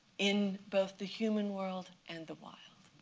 in both the human world and the wild.